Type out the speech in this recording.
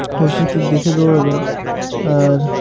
অবশ্যই একটু দেখে দৌড়াবেন আর